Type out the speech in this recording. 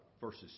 verses